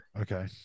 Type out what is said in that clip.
Okay